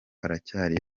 aracyari